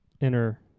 enter